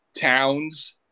towns